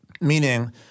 Meaning